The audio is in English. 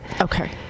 okay